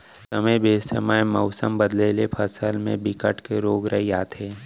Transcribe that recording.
समे बेसमय मउसम बदले ले फसल म बिकट के रोग राई आथे